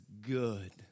good